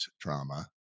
trauma